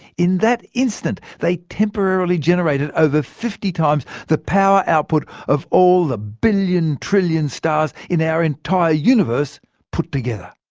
in that instant, they temporarily generated over fifty times the power output of all the billion trillion stars in our entire universe put together.